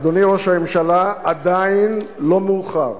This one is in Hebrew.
אדוני ראש הממשלה, עדיין לא מאוחר.